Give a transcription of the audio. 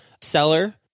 seller